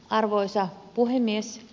arvoisa puhemies